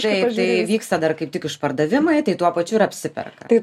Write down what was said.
taip tai vyksta dar kaip tik išpardavimai tai tuo pačiu ir apsiperka